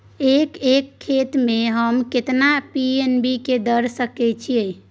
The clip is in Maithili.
एक एकर खेत में हम केतना एन.पी.के द सकेत छी?